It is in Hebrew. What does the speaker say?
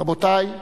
רבותי,